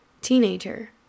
teenager